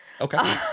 Okay